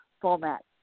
format